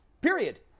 Period